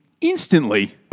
instantly